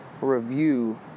review